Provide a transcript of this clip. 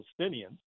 Palestinians